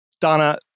Donna